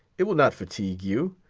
it will not fatigue you.